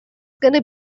gotta